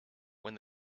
when